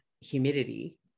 humidity